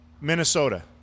Minnesota